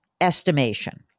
estimation-